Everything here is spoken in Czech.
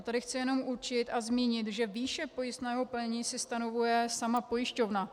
Tady chci jenom určit a zmínit, že výši pojistného plnění si stanovuje sama pojišťovna.